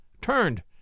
turned